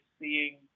seeing